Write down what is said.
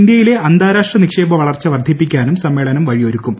ഇന്ത്യയിലെ അന്താരാഷ്ട്ര നിക്ഷേപ വളർച്ച വർദ്ധിപ്പിക്കാനും സമ്മേളനം വഴിയൊരുക്കും